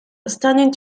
standing